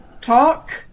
talk